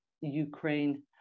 Ukraine